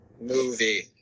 movie